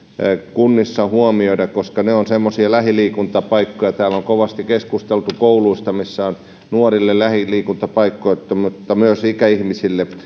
kunnissa huomioida koska ne ovat sellaisia lähiliikuntapaikkoja täällä on kovasti keskusteltu kouluista missä on nuorille lähiliikuntapaikkoja mutta myös ikäihmisille